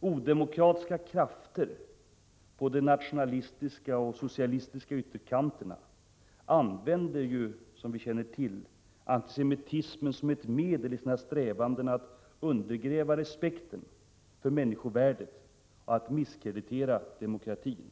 Odemokratiska krafter på de nationalistiska och socialistiskaytterkanterna använder, som vi känner till, antisemitismen som ett medel i sina strävanden att undergräva respekten för människovärdet och för att misskreditera demokratin.